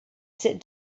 sit